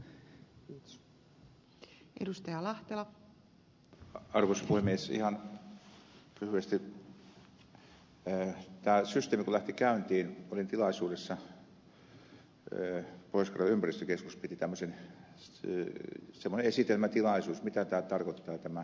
kun tämä systeemi lähti käyntiin olin tilaisuudessa pohjois karjalan ympäristökeskus piti tämmöisen esitelmätilaisuuden mitä tarkoittaa tämä jätevesiasetus